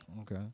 Okay